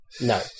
No